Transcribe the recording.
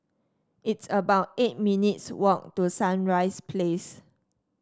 it's about eight minutes' walk to Sunrise Place